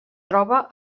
troba